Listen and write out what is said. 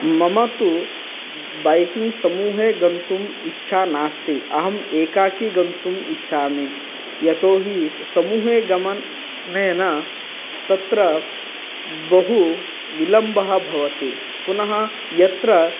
मम तु बैकिङ्ग् समूहे गन्तुम् इच्छा नास्ति अहम् एकाकी गन्तुम् इच्छामि यतो हि समूहे गमनेन तत्र बहु विलम्बः भवति पुनः यत्र